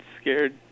scared